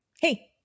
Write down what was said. Hey